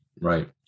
right